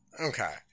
Okay